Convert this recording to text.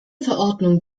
verordnung